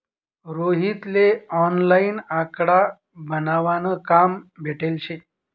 रोहित ले ऑनलाईन आकडा बनावा न काम भेटेल शे